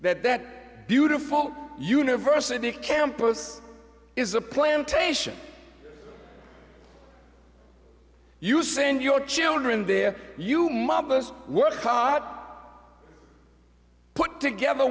that that beautiful university campus is a plantation you send your children there you must work caught put together